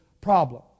problem